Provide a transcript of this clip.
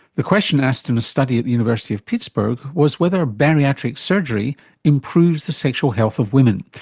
the question asked in a study at the university of pittsburgh was whether bariatric surgery improves the sexual health of women?